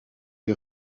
des